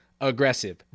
aggressive